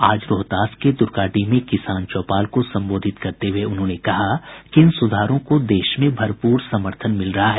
आज रोहतास के दुर्गाडीह में किसान चौपाल को संबोधित करते हुये उन्होंने कहा कि इन सुधारों को देश में भरपूर समर्थन मिल रहा है